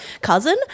cousin